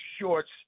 shorts